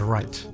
Right